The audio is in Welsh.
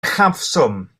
uchafswm